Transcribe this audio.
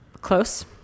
Close